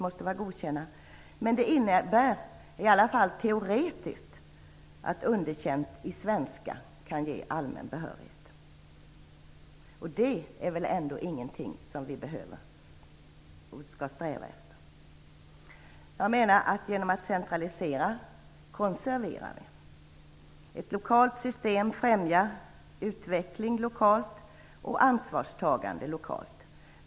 Åtminstone teoretiskt innebär det att underkänt i svenska kan ge allmän behörighet. Det är väl ändå inte något som vi behöver eller som vi skall sträva efter. Jag menar att vi konserverar genom att centralisera. Ett lokalt system främjar utveckling och ansvarstagande lokalt.